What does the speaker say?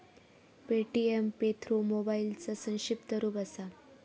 Paytm pay through मोबाईलचा संक्षिप्त रूप असा